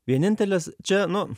vienintelis čia nu